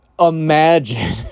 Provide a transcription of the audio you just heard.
imagine